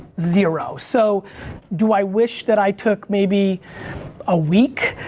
zero. so do i wish that i took maybe a week,